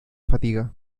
fatiga